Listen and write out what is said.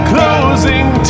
Closing